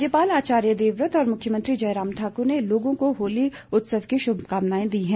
राज्यपाल आचार्य देवव्रत और मुख्यमंत्री जयराम ठाक्र ने लोगों को होली उत्सव की श्भकामनाएं दी हैं